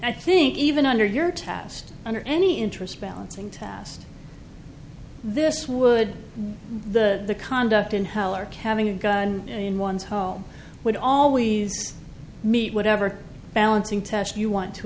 i think even under your test under any interest balancing test this would the conduct in heller calving in one's home would always meet whatever balancing test you want to